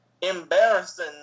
embarrassing